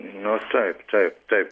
nu taip taip taip